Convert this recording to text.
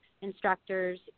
instructors